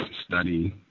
study